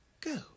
go